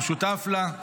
הוא שותף לה.